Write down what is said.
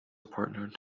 partnered